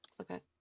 Okay